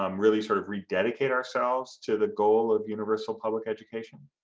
um really sort of rededicate ourselves to the goal of universal public education?